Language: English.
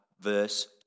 verse